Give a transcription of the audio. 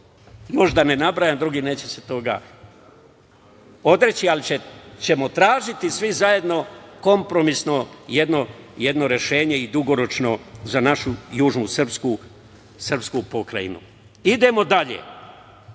i da ne nabrajam druge, neće se toga odreći, ali ćemo tražiti svi zajedno jedno kompromisno rešenje i dugoročno za našu južnu srpsku pokrajinu. Idemo dalje. Kad